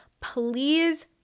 please